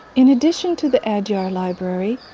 in addition to the adyar library,